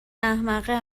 احمقه